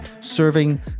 serving